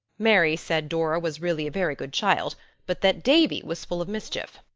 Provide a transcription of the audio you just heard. mary said dora was really a very good child but that davy was full of mischief.